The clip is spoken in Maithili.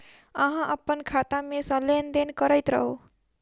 अहाँ अप्पन खाता मे सँ लेन देन करैत रहू?